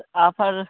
तो और सर